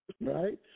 right